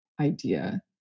idea